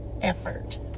effort